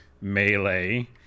melee